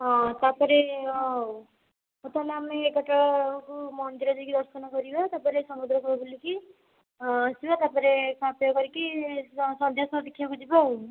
ହଁ ତା'ପରେ ହଉ ତା'ହେଲେ ଆମେ ଏଗାରଟା ବେଳକୁ ତ ମନ୍ଦିର ଯାଇକି ଦର୍ଶନ କରିବା ତା'ପରେ ସମୁଦ୍ରକୂଳ ବୁଲିକି ଆସିବା ତା'ପରେ ଖାଇବା ପିଇବା କରିକି ସନ୍ଧ୍ୟା ସୋ ଦେଖିବାକୁ ଯିବା ଆଉ